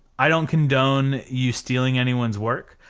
i don't condone you stealing anyone's work.